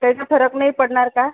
त्यानं फरक नाही पडणार का